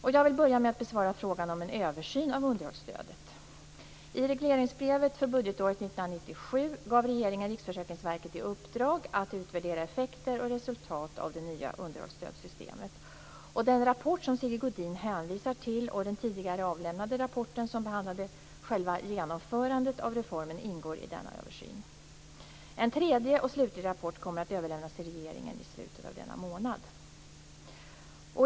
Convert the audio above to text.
Jag vill börja med att besvara frågan om en översyn av underhållsstödet. I regleringsbrevet för budgetåret 1997 gav regeringen Riksförsäkringsverket i uppdrag att utvärdera effekter och resultat av det nya underhållsstödssystemet. Den rapport som Sigge Godin hänvisar till och den tidigare avlämnade rapporten, som behandlade själva genomförandet av reformen, ingår i denna översyn. En tredje och slutlig rapport kommer att överlämnas till regeringen i slutet av denna månad.